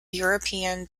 european